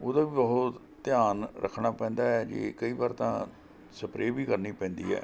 ਉਹਦਾ ਵੀ ਬਹੁਤ ਧਿਆਨ ਰੱਖਣਾ ਪੈਂਦਾ ਹੈ ਜੇ ਕਈ ਵਾਰ ਤਾਂ ਸਪਰੇਅ ਵੀ ਕਰਨੀ ਪੈਂਦੀ ਹੈ